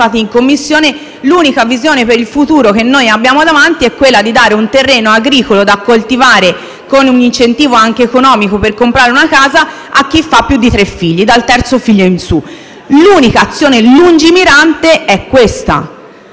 passati in Commissione, l'unica visione per il futuro che abbiamo davanti è dare un terreno agricolo da coltivare, con un incentivo anche economico per comprare una casa, a chi ha più di tre figli, dal terzo figlio in poi. L'unica azione lungimirante è questa.